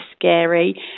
scary